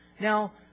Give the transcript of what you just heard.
Now